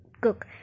cook